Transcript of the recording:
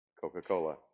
Coca-Cola